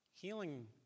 healing